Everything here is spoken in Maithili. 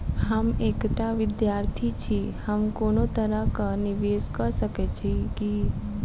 हम एकटा विधार्थी छी, हम कोनो तरह कऽ निवेश कऽ सकय छी की?